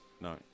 no